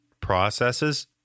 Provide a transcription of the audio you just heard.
processes